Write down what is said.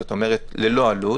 זאת אומרת ללא עלות,